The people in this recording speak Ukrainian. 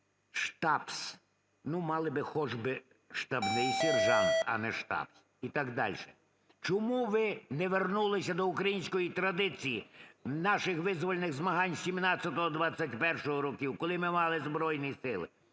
"штабс", ну, мали би хоч би "штабний сержант", а не "штабс", і так дальше. Чому ви не вернулися до української традиції наших визвольних змагань 17-21-го років, коли ми мали Збройні Сили,